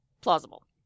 plausible